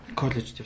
college